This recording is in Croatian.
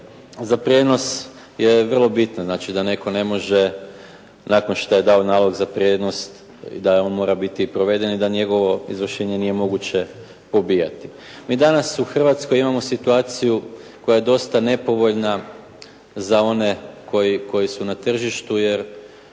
za prijenos je vrlo bitna, dakle da netko ne može nakon što je dao nalog za prijenos i da on mora biti proveden i da njegovo izvršenje nije moguće pobijati. Mi danas u Hrvatskoj imamo situaciju koja je dosta nepovoljna za one koji su na tržištu, jer